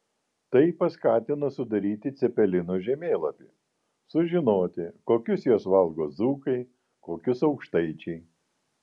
tai paskatino sudaryti cepelinų žemėlapį sužinoti kokius juos valgo dzūkai kokius aukštaičiai